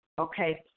Okay